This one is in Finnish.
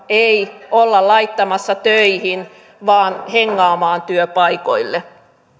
ei olla laittamassa töihin vaan hengaamaan työpaikoille